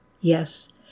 Yes